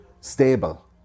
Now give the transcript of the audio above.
stable